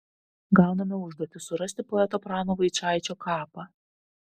gauname užduotį surasti poeto prano vaičaičio kapą